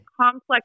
complex